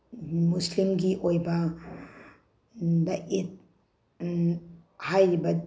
ꯃꯨꯁꯂꯤꯝꯒꯤ ꯑꯣꯏꯕꯗ ꯏꯠ ꯍꯥꯏꯔꯤꯕ